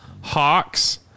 hawks